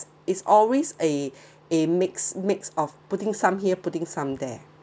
it's always eh eh mix mix of putting some here putting some there